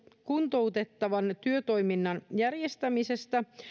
kuntouttavan työtoiminnan järjestämisestä